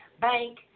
bank